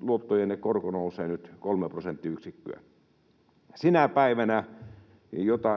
luottojenne korko nousee nyt 3 prosenttiyksikköä. Sitä päivää